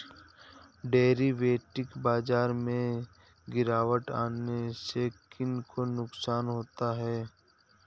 Derivative बाजार में गिरावट आने से किन को नुकसान होता है?